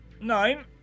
Nine